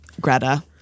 Greta